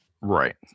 right